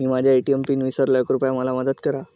मी माझा ATM PIN विसरलो आहे, कृपया मला मदत करा